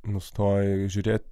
nustoji žiūrėt